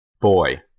Boy